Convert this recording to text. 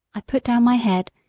i put down my head,